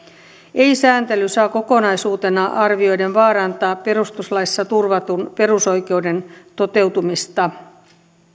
ei sääntely saa kokonaisuutena arvioiden vaarantaa perustuslaissa turvatun perusoikeuden toteutumista